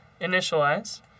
initialize